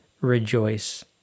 rejoice